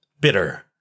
bitter